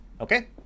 Okay